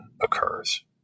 occurs